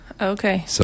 Okay